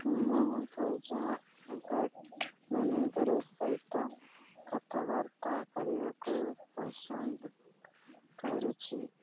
ମୁଁ ପର୍ଯ୍ୟଟକମାନଙ୍କର ସହିତ କଥାବାର୍ତ୍ତା କରିବାକୁ ପସନ୍ଦ କରୁଛି